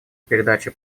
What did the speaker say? передача